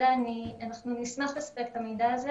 בלי קשר למה שאנחנו גם כוועדה נעשה וששאר הגורמים יעשו.